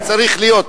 זה צריך להיות.